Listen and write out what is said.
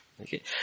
Okay